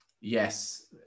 Yes